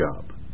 job